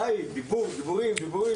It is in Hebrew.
די, דיבור, דיבורים.